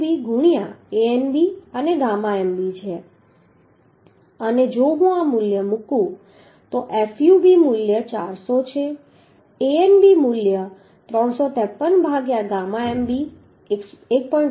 9fub ગુણ્યાં Anb અને gamma mb છે અને જો હું આ મૂલ્ય મૂકું તો fub મૂલ્ય 400 છે Anb મૂલ્ય 353 ભાગ્યા ગામા mb 1